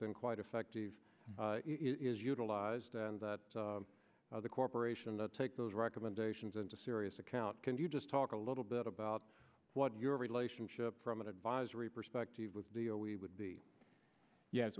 been quite effective is utilized and that the corporation to take those recommendations into serious account can you just talk a little bit about what's your relationship from an advisory perspective with the oh we would be yes